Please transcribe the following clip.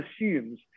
assumes